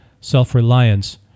self-reliance